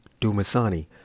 Dumasani